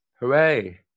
Hooray